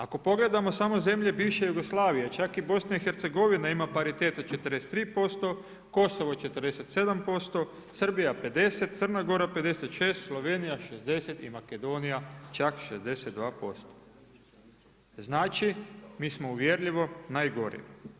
Ako pogledamo samo zemlje bivše Jugoslavije čak i BiH ima paritet od 43%, Kosovo 47%, Srbija 50%, Crna Gora 56, Slovenija 60 i Makedonija čak 62%, znači mi smo uvjerljivo najgori.